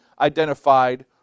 identified